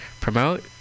promote